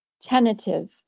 Tentative